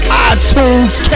iTunes